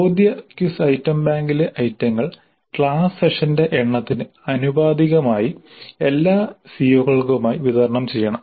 ചോദ്യ quiz item ബാങ്കിലെ ഐറ്റങ്ങൾ ക്ലാസ് സെഷന്റെ എണ്ണത്തിന് ആനുപാതികമായി എല്ലാ സിഒകൾക്കുമായി വിതരണം ചെയ്യണം